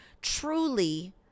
truly